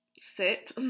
sit